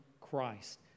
Christ